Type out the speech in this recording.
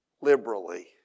liberally